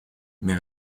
mes